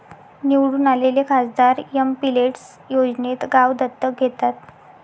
निवडून आलेले खासदार एमपिलेड्स योजनेत गाव दत्तक घेतात